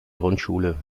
grundschule